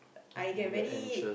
I get very